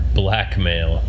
blackmail